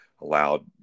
allowed